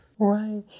right